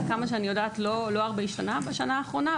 עד כמה שאני יודעת לא הרבה השתנה בשנה האחרונה,